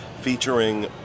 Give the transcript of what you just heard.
featuring